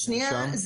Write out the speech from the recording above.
הערה שנייה,